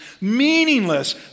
meaningless